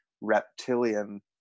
reptilian